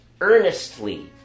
earnestly